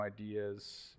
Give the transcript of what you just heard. ideas